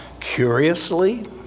Curiously